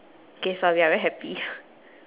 okay sorry I very happy